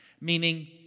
meaning